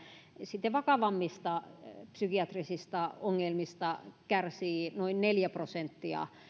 sitten vakavammista psykiatrisista ongelmista kärsii noin neljä prosenttia